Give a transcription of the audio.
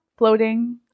Floating